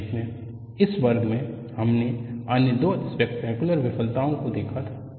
संक्षेप में इस वर्ग में हमने अन्य 2 स्पैक्टैक्युलर विफलताओं को देखा था